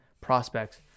prospects